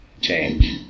change